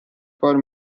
for